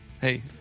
Hey